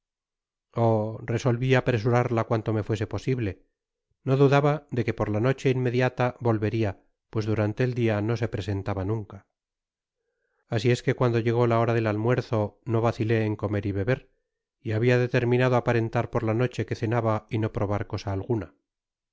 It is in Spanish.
resolvi apresurarla cuanto me fuese posible no dudaba de que por la noche inmediata volveria pues durante el dia no se presentaba nunca asi es que cuando ltegó la hora del almuerzo no vacilé en comer y beber y habia determinado aparentar por la noche que cenaba y no probar cosa alguna